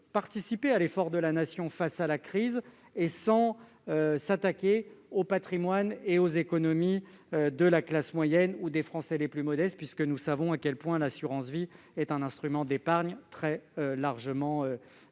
à l'effort de la Nation face à la crise, et ce sans s'attaquer au patrimoine et aux économies de la classe moyenne ou des Français les plus modestes. Nous savons bien que l'assurance vie est un instrument d'épargne très largement répandu.